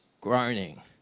groaning